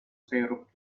syrup